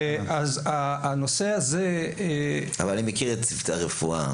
אבל אני מכיר את צוותי הרפואה,